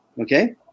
okay